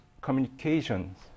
communications